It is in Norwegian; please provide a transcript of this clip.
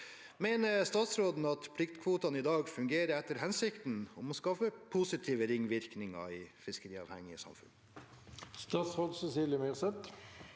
Mener statsråden at pliktkvotene i dag fungerer etter hensikten om å skape positive ringvirkninger i fiskeriavhengige kystsamfunn?»